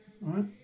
right